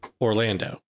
Orlando